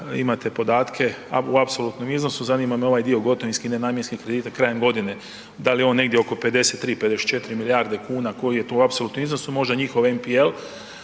imate podatke u apsolutnom iznosu, zanima me ovaj dio gotovinski nenamjenski kredite krajem godine, dal je on negdje oko 53-54 milijarde kuna, koji je tu apsolutni iznos, možda njihov MPL,